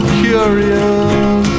curious